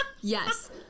yes